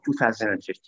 2015